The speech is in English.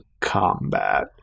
combat